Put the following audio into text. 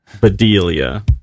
Bedelia